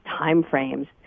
timeframes